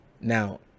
Now